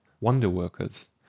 wonder-workers